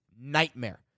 nightmare